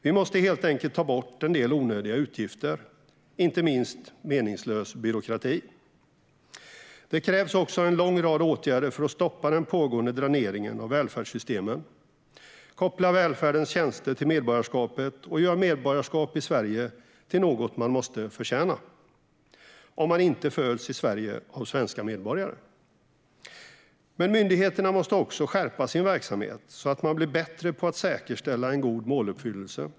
Vi måste helt enkelt ta bort en del onödiga utgifter, inte minst meningslös byråkrati. Det krävs också en lång rad åtgärder för att stoppa den pågående dräneringen av välfärdssystemen. Koppla välfärdens tjänster till medborgarskapet, och gör medborgarskapet i Sverige till något man måste förtjäna om man inte föds i Sverige av svenska medborgare! Men myndigheterna måste också skärpa sin verksamhet så att de blir bättre på att säkerställa god måluppfyllelse.